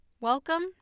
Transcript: Welcome